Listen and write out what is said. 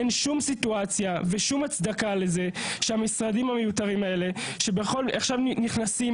אין שום סיטואציה ושום הצדקה לזה שהמשרדים המיותרים האלה שעכשיו נכנסים